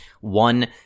one